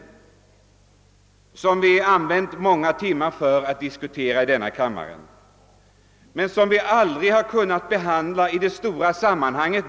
Vi har i denna kammare använt många timmar för att diskutera den, men vi har aldrig kunnat behandla frågan i dess stora sammanhang.